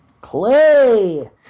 Clay